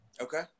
Okay